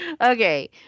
Okay